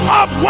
up